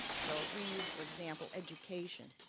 so if we use for example, education